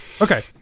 Okay